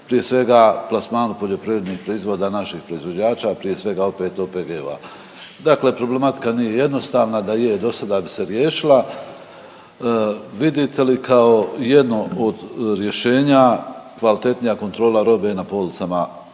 prije svega plasmanu poljoprivrednih proizvoda naših proizvođača, prije svega opet OPG-ova. Dakle, problematika nije jednostavna, da je do sada bi se riješila. Vidite li kao jedno od rješenja kvalitetnija kontrola robe na policama